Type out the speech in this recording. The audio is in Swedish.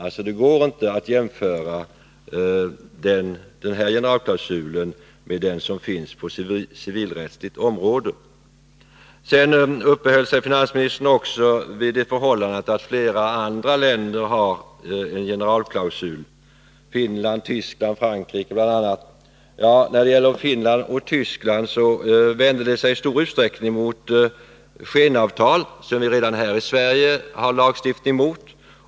Det går alltså inte att jämföra denna generalklausul med den som finns på det civilrättsliga området. Finansministern uppehöll sig också vid det förhållandet att flera andra länder, bl.a. Finland, Västtyskland och Frankrike, har en generalklausul. Jag vill med anledning härav framhålla att denna i Västtyskland i stor utsträckning vänder sig mot skenavtal, som vi här i Sverige redan har en lagstiftning mot.